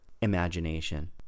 imagination